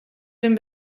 den